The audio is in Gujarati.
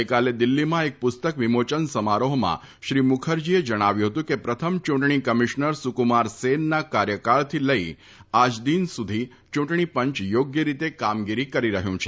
ગઇકાલે દિલ્હીમાં એક પુસ્તક વિમોચન સમારોહમાં શ્રી મુખરજીએ જણાવ્યું હતું કે પ્રથમ ચૂંટણી કમિશનર સુકુમાર સેનના કાર્યકાળથી લઇ આજદિન સુધી ચૂંટણી પંચ યોગ્ય રીતે કામગીરી કરી રહ્યું છે